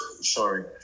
sorry